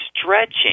stretching